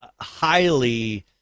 highly